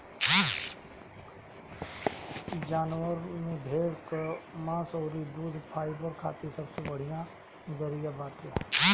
जानवरन में भेड़ कअ मांस अउरी दूध फाइबर खातिर सबसे बढ़िया जरिया बाटे